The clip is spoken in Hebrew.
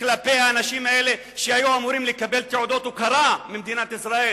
כלפי אלה שהיו אמורים לקבל תעודות הוקרה ממדינת ישראל,